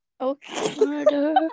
Okay